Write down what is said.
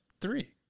three